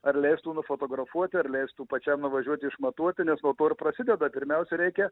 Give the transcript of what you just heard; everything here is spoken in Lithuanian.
ar leistų nufotografuoti ar leistų pačiam nuvažiuoti išmatuoti nes po to ir prasideda pirmiausia reikia